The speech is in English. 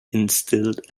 instilled